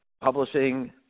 publishing